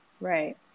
right